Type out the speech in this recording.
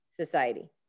Society